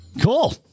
cool